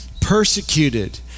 persecuted